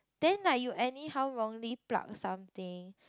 then like you anyhow wrongly plug something